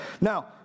now